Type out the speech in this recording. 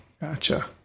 Gotcha